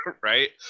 right